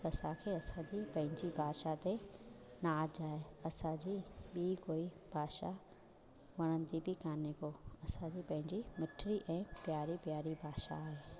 असांखे असांजी पंहिंजी भाषा ते नाजु आहे असांजी ॿी कोई भाषा वणंदी बि काने को असांखे पंहिंजी मिठिड़ी ऐं प्यारी प्यारी भाषा आहे